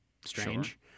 strange